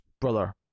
brother